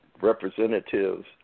Representatives